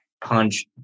punch